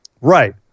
Right